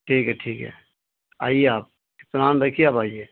ٹھیک ہے ٹھیک ہے آئیے آپ کتناام دیکھیے آپ آئیے